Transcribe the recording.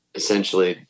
essentially